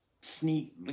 Sneak